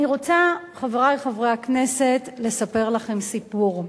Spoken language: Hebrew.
אני רוצה, חברי חברי הכנסת, לספר לכם סיפור,